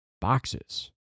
boxes